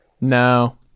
No